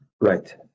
right